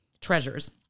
treasures